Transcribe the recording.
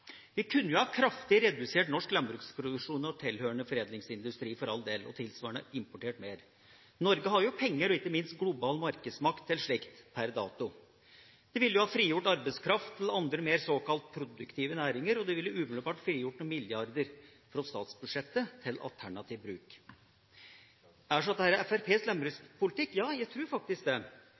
Vi kunne ha redusert kraftig norsk landbruksproduksjon og tilhørende foredlingsindustri, for all del, og tilsvarende ha importert mer. Norge har penger og ikke minst global markedsmakt til slikt per dato. Det ville ha frigjort arbeidskraft til andre mer såkalte produktive næringer, og det ville umiddelbart ha frigjort noen milliarder fra statsbudsjettet til alternativ bruk. Er så dette Fremskrittspartiets landbrukspolitikk? Ja, jeg tror faktisk det.